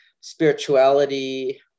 spirituality